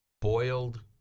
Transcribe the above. boiled